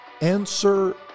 answer